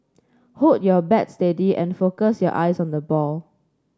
hold your bat steady and focus your eyes on the ball